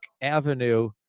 avenue